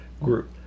group